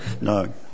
No